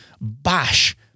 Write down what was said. bash